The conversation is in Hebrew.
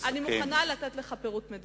אני מוכנה לתת לך פירוט מדויק.